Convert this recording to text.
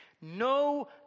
No